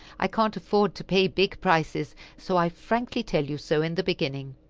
i can't afford to pay big prices, so i frankly tell you so in the beginning.